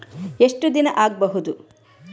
ಎಷ್ಟು ದಿನ ಆಗ್ಬಹುದು?